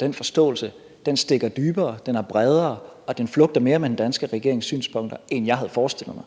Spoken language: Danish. den forståelse stikker dybere, er bredere og flugter mere med den danske regerings synspunkter, end jeg havde forestillet mig.